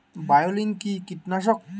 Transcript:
বায়োলিন কি কীটনাশক?